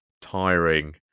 tiring